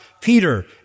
Peter